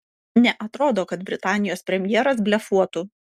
neatrodo kad britanijos premjeras blefuotų